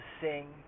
sing